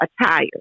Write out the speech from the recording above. attire